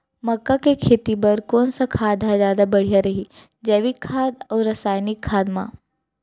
मक्का के खेती बर कोन खाद ह जादा बढ़िया रही, जैविक खाद अऊ रसायनिक खाद मा?